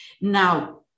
Now